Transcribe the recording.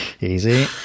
Easy